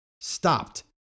stopped